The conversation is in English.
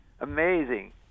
amazing